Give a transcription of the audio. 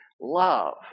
Love